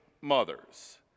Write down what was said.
mothers